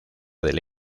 desde